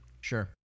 Sure